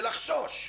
לגרום להם לחשוש.